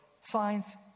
science